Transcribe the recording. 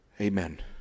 Amen